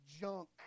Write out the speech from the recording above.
junk